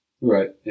Right